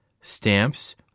stamps